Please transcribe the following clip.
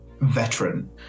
veteran